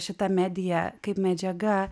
šita medija kaip medžiaga